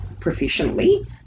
proficiently